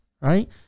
right